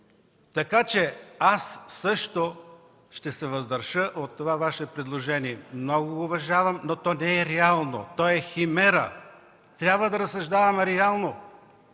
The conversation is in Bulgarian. Така че аз също ще се въздържа при гласуването на това Ваше предложение. Много го уважавам, но то не е реално. То е химера. Трябва да разсъждаваме реално.